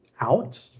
out